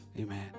Amen